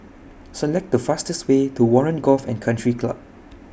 Select The fastest Way to Warren Golf and Country Club